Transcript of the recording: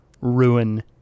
ruin